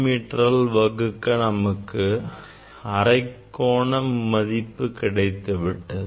me ஆல் வகுக்க நமக்கு அரைக்கோண மதிப்பு கிடைத்துவிடும்